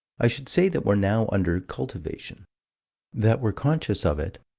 i should say that we're now under cultivation that we're conscious of it,